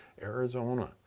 Arizona